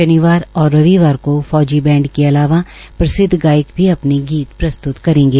शनिवार और रविवार को फौजी बैंड के अलावा प्रसिद्व गायक भी अपने गीत प्रस्त्त करेंगे